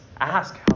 ask